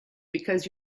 because